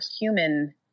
human